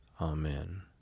Amen